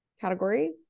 category